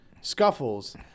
scuffles